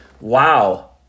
wow